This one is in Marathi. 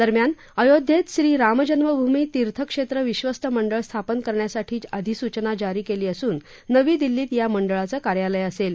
दरम्यान अयोध्येत श्रीराम जन्मभूमी तीर्थक्षेत्र विश्वस्त मंडळ स्थापन करण्यासाठी अधिसूचना जारी केली असून नवी दिल्लीत या मंडळाचे कार्यालय असेल